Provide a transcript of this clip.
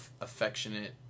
affectionate